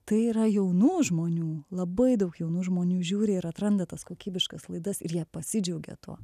tai yra jaunų žmonių labai daug jaunų žmonių žiūri ir atranda tas kokybiškas laidas ir jie pasidžiaugia tuo